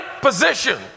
position